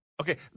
okay